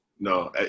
No